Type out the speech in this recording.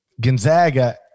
Gonzaga